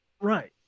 Right